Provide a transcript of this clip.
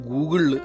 Google